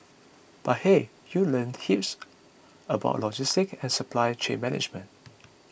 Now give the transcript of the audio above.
but hey you learn heaps about logistics and supply chain management